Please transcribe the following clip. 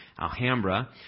Alhambra